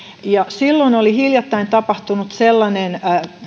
silloin oli hiljattain tapahtunut sellainen